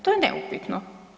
To je neupitno.